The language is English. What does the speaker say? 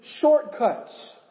shortcuts